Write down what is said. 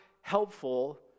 helpful